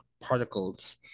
particles